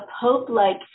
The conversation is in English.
pope-like